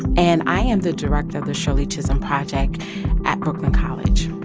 and i am the director of the shirley chisholm project at brooklyn college